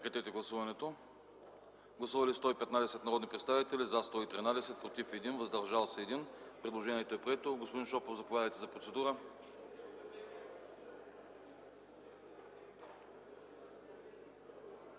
режим на гласуване. Гласували 115 народни представители: за 113, против 1, въздържал се 1. Предложението е прието. Господин Шопов, заповядайте за процедура.